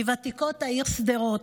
מוותיקות העיר שדרות.